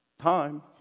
time